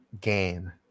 game